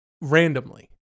randomly